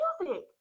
music